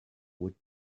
would